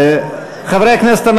חברי הכנסת,